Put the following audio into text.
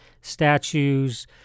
statues